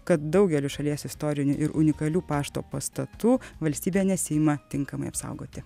kad daugeliu šalies istorinių ir unikalių pašto pastatų valstybė nesiima tinkamai apsaugoti